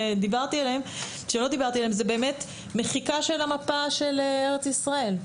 שלא דיברתי עליהם זה באמת מחיקה של המפה של ארץ ישראל,